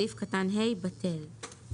סעיף קטן (ה) בטל.